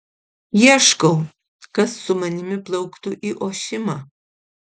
ieškau kas su manimi plauktų į ošimą